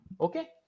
Okay